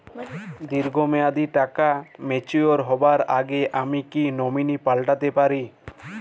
দীর্ঘ মেয়াদি টাকা ম্যাচিউর হবার আগে আমি কি নমিনি পাল্টা তে পারি?